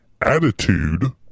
attitude